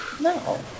No